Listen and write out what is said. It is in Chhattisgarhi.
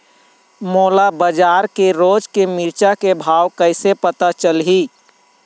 मोला बजार के रोज के मिरचा के भाव कइसे पता चलही?